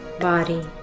body